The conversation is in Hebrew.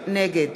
נגד